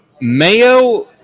Mayo